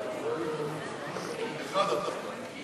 אחת בהצבעה.